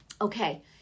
okay